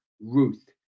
Ruth